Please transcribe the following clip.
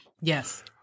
Yes